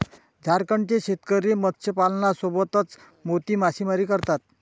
झारखंडचे शेतकरी मत्स्यपालनासोबतच मोती मासेमारी करतात